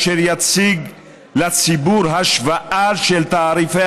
אשר יציג לציבור השוואה של תעריפי